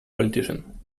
politician